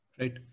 Right